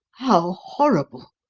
how horrible!